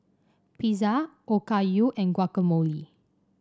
Pizza Okayu and Guacamole